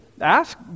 Ask